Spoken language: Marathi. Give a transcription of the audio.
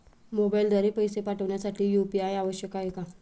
मोबाईलद्वारे पैसे पाठवण्यासाठी यू.पी.आय आवश्यक आहे का?